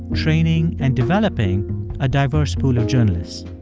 training and developing a diverse pool of journalists.